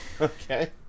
Okay